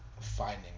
finding